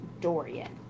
Dorian